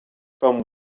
from